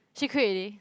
she quit already